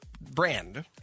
brand